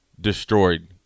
destroyed